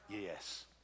Yes